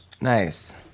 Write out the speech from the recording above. Nice